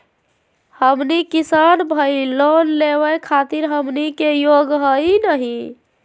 हमनी किसान भईल, लोन लेवे खातीर हमनी के योग्य हई नहीं?